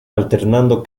alternando